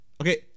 Okay